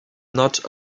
not